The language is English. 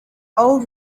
old